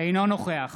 אינו נוכח